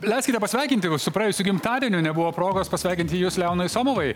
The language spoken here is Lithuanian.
leiskite pasveikinti su praėjusiu gimtadieniu nebuvo progos pasveikinti jus leonai somovai